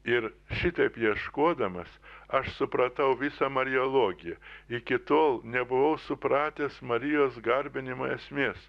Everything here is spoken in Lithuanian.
ir šitaip ieškodamas aš supratau visą mariologiją iki tol nebuvau supratęs marijos garbinimo esmės